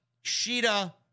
Sheeta